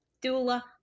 Dula